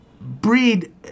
breed